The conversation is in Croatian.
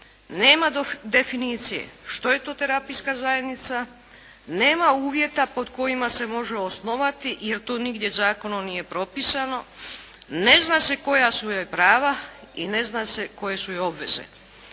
nema definicije što je to terapijska zajednica, nema uvjeta pod kojima se može osnovati jer to nigdje zakonom nije propisano, ne zna koja su joj prava i ne zna se koje su joj obveze.